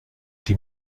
die